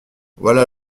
voilà